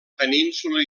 península